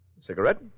Cigarette